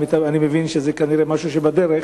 אני מבין שזה כנראה בדרך.